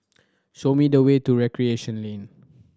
show me the way to Recreation Lane